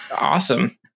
Awesome